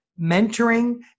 mentoring